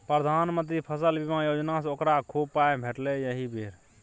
प्रधानमंत्री फसल बीमा योजनासँ ओकरा खूब पाय भेटलै एहि बेर